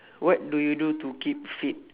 what do you do to keep fit